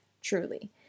truly